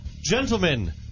Gentlemen